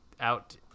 out